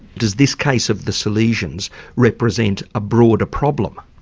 does this case of the salesians represent a broader problem?